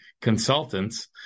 consultants